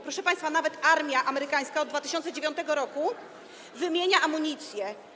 Proszę państwa, nawet armia amerykańska od 2009 r. wymienia amunicję.